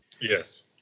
Yes